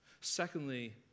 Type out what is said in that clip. Secondly